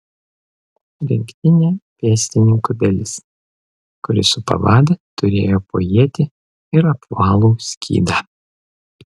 rinktinė pėstininkų dalis kuri supa vadą turėjo po ietį ir apvalų skydą